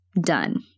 done